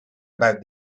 about